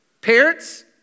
Parents